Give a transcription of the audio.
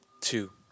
two